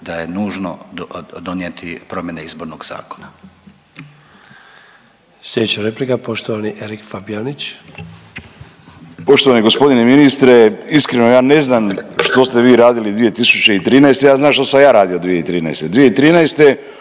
da je nužno donijeti promjene Izbornog zakona.